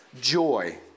joy